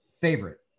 favorite